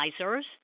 advisors